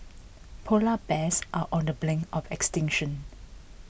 Polar Bears are on the brink of extinction